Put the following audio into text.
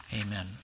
Amen